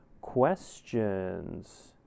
questions